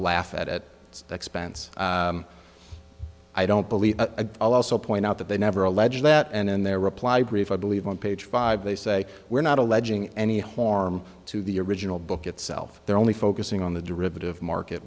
laugh at at the expense i don't believe i'll also point out that they never alleged that and in their reply brief i believe on page five they say we're not alleging any harm to the original book itself they're only focusing on the derivative market